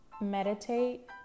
Meditate